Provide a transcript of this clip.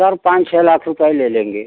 sir पाँच छः लाख रुपये ले लेंगे